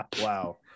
Wow